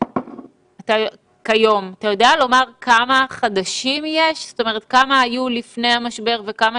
לכל הצעה אנחנו תמיד קשובים ומוכנים